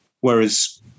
whereas